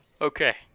Okay